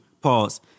pause